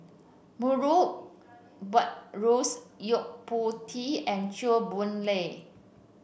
Murray Buttrose Yo Po Tee and Chew Boon Lay